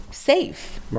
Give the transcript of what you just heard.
safe